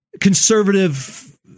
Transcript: conservative